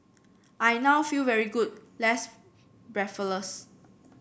I now feel very good less breathless